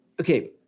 okay